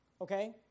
okay